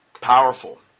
powerful